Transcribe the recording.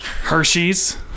Hershey's